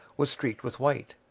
was streaked with white.